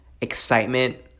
excitement